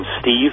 Steve